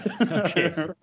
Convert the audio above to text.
Okay